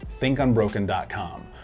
thinkunbroken.com